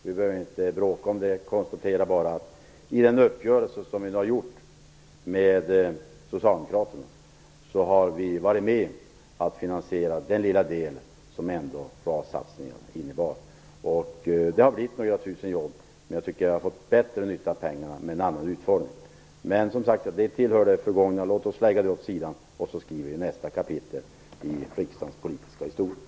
Vi behöver inte bråka om det. Jag konstaterar bara att i den uppgörelse som vi nu har gjort med Socialdemokraterna har vi varit med om att finansiera den lilla del som RAS-satsningen ändå innebar. Det har blivit några tusen jobb, men jag tycker att vi hade fått bättre nytta av pengarna med en annan utformning. Men det tillhör det förgångna. Låt oss lägga det åt sidan och skriva nästa kapitel i riksdagens politiska historia.